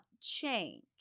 change